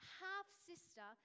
half-sister